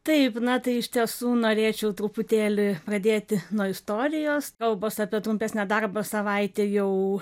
taip na tai iš tiesų norėčiau truputėlį pradėti nuo istorijos kalbos apie trumpesnę darbo savaitę jau